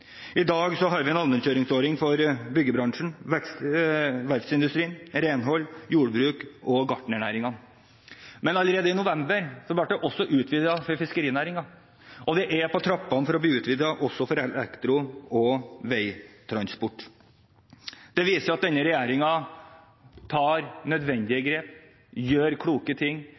I dag har vi en allmenngjøringsordning for byggebransjen, verftsindustrien, renholdsbransjen, jordbruksnæringen og gartnernæringen. Men allerede i november ble den utvidet til å gjelde fiskerinæringen, og det er på trappene å utvide den til også å gjelde elektrobransjen og veitransportsektoren. Det viser at denne regjeringen tar nødvendige grep og gjør kloke ting